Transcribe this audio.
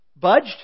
budged